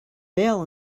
bail